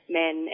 men